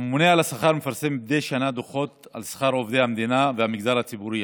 הממונה על השכר מפרסם מדי שנה דוחות על שכר עובדי המדינה והמגזר הציבורי